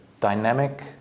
dynamic